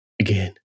again